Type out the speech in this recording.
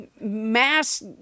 mass